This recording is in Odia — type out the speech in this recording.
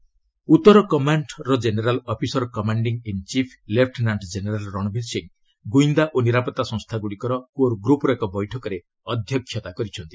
ଆର୍ମି କମାଣ୍ଡର ମିଟିଂ ଉତ୍ତର କମାଣ୍ଡ ର general officer commanding in chief lieutenant general Ranbir Singh ଗୁଇନ୍ଦା ଓ ନିରାପତ୍ତା ସଂସ୍ଥାଗୁଡ଼ିକର କୋର୍ ଗ୍ରପ୍ର ଏକ ବୈଠକରେ ଅଧ୍ୟକ୍ଷତା କରିଛନ୍ତି